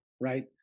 right